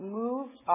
moved